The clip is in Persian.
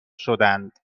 شدند